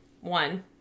One